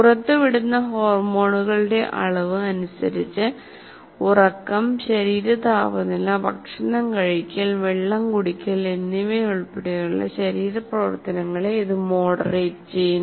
പുറത്തുവിടുന്ന ഹോർമോണുകളുടെ അളവ് അനുസരിച്ച് ഉറക്കം ശരീര താപനില ഭക്ഷണം കഴിക്കൽ വെള്ളം കുടിക്കൽ എന്നിവയുൾപ്പെടെയുള്ള ശരീര പ്രവർത്തനങ്ങളെ ഇത് മോഡറേറ്റ് ചെയ്യുന്നു